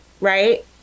right